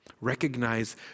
Recognize